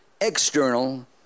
external